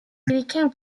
became